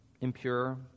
impure